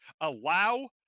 allow